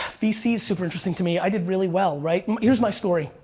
vc is super interesting to me, i did really well, right, here's my story.